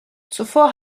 zuvor